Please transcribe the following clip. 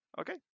Okay